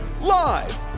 Live